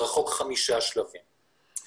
זה רחוק חמישה שלבים מזה.